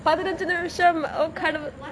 பதினஞ்சு நிமிஷம்:pathinanji nisham oh kad~